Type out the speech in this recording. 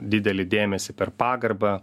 didelį dėmesį per pagarbą